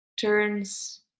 turns